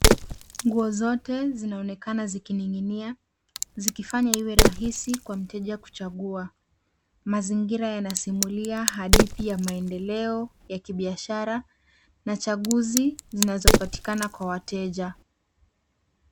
Nguo zote zinaonekana zikining'inia, zikifanya iwe rahisi kwa mteja kuchagua. Mazingira yanasimulia hadithi ya maendeleo ya kibiashara na chaguzi zinazopatikana kwa wateja.